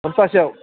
सप्तासेयाव